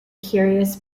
curious